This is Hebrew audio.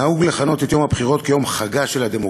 נהוג לכנות את יום הבחירות יום חגה של הדמוקרטיה.